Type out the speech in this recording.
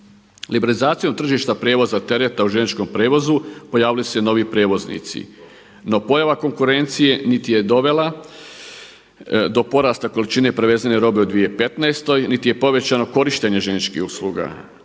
Liberalizacijom tržišta prijevoza tereta u željezničkom prijevozu pojavili su se novi prijevoznici, no pojava konkurencije niti je dovela do porasta količine prevezene robe u 2015. niti je povećano korištenje željezničkih usluga,